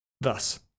Thus